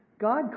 God